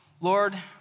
Lord